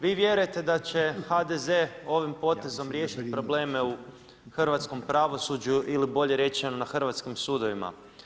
Vi vjerujete da će HDZ ovim potezom riješiti probleme u hrvatskom pravosuđu ili bolje rečeno, na hrvatskim sudovima.